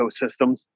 ecosystems